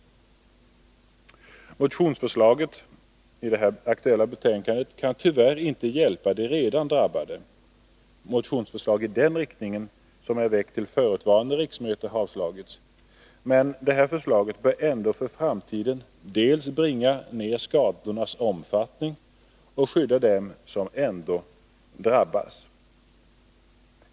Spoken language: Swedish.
Motionsförslaget i detta betänkande kan tyvärr inte hjälpa de redan drabbade — motionsförslag i den riktningen, som jag fört fram till föregående riksmöte, har avslagits. Men detta förslag bör ändå — om det antas — för framtiden dels bringa ned skadornas omfattning, dels skydda dem som ändå drabbas.